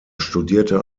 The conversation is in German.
studierte